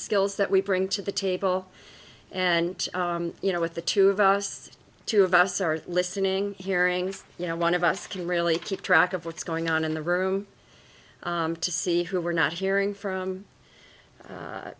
skills that we bring to the table and you know with the two of us two of us are listening hearings you know one of us can really keep track of what's going on in the room to see who we're not hearing from